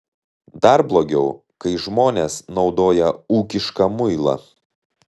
dar blogiau kai žmonės naudoja ūkišką muilą